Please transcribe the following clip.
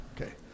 okay